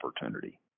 opportunity